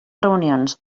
reunions